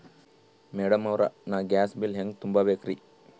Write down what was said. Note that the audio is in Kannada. ಮೆಡಂ ಅವ್ರ, ನಾ ಗ್ಯಾಸ್ ಬಿಲ್ ಹೆಂಗ ತುಂಬಾ ಬೇಕ್ರಿ?